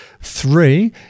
Three